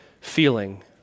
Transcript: feeling